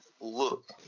look